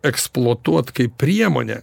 eksploatuot kaip priemonę